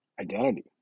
identity